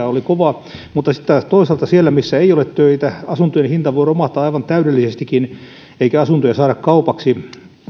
oli kova mutta sitten taas toisaalta siellä missä ei ole töitä asuntojen hinnat voivat romahtaa aivan täydellisestikin eikä asuntoja saada kaupaksi